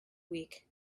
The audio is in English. week